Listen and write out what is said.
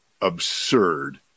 absurd